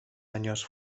años